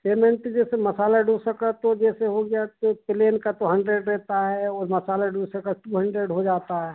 payment जैसे मसाला डोसा का तो जैसे हो गया तो प्लेन का तो हंड्रेड रहता है और मसाला डोसा का टू हंड्रेड हो जाता है